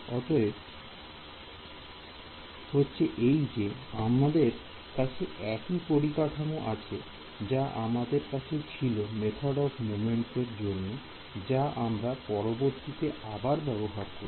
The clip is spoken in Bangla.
অতএব হচ্ছে এই যে আমাদের কাছে একই পরিকাঠামো আছে যা আমাদের কাছে ছিল মেথডস অফ মোমেন্টস এর জন্য যা আমরা পরবর্তীতে আবার ব্যবহার করব